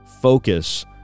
focus